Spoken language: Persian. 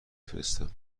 فرستم